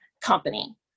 company